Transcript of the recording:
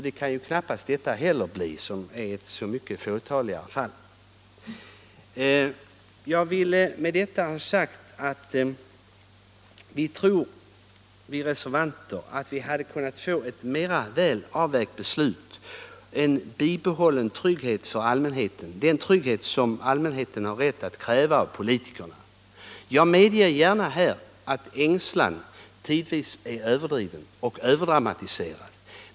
Det kan då knappast heller vårt förslag göra, som gäller så mycket färre fall. Vi reservanter tror att vi med reservationens förslag hade kunnat få ett mer välavvägt beslut, som innebär en bibehållen trygghet för allmänheten, en trygghet som allmänheten har rätt att kräva av politikerna. Jag medger gärna att människors ängslan för dessa preparat tidvis är överdriven och överdramatiserad.